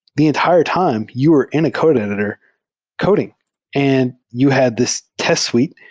the entire time, you were in a code editor coding and you had this test suite,